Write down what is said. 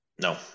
no